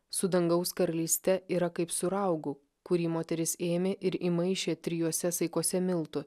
su dangaus karalyste yra kaip su raugu kurį moteris ėmė ir įmaišė trijuose saikuose miltų